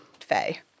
Faye